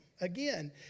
Again